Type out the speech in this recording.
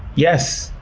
yes,